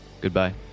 Goodbye